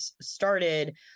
started